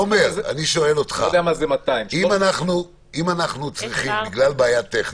אני שואל אותך: אם אנחנו צריכים בגלל בעיה טכנית,